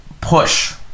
push